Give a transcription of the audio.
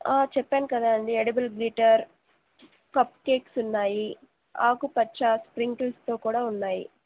చెప్పాను కదా అండి ఎడిబుల్ గ్లిట్టర్ కప్ కేక్స్ ఉన్నాయి ఆకుపచ్చ స్ప్రింకిల్స్తో కూడా ఉన్నాయి